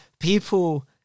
People